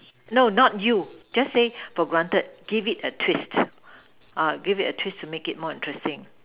no not you just say for granted give it a twist give it a twist to make it more interesting